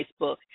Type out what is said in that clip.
Facebook